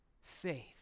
faith